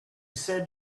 said